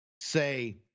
say